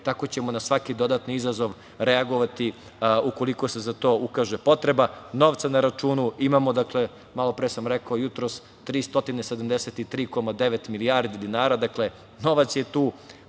Tako ćemo na svaki dodatni izazov reagovati ukoliko se za to ukaže potreba. Novca na računu imamo. Malopre sam rekao, jutros 373,9 milijardi dinara, dakle novac je tu,